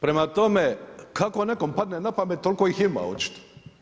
Prema tome kako nekom padne na pamet toliko ih ima očito.